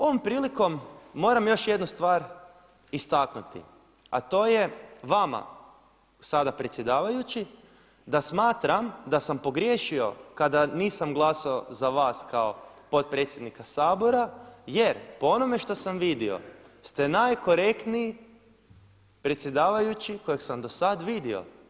Ovom prilikom moram još jednu stvar istaknuti a to je vama sada predsjedavajući da smatram da sam pogriješio kada nisam glasovao za vas kao potpredsjednika Sabora jer po onome što sam vidio ste najkorektniji predsjedavajući kojeg sam do sada vidio.